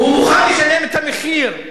הוא מוכן לשלם את המחיר,